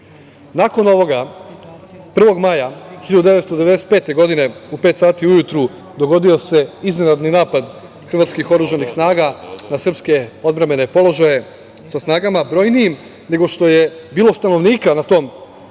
kuću. Nakon ovoga, 1. maja 1995. godine u pet sati ujutru dogodio se iznenadni napad hrvatskih oružanih snaga na srpske odbrambene položaje sa snagama brojnijim nego što je bilo stanovnika na tom području,